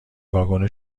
واگن